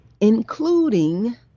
including